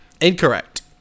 Incorrect